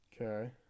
Okay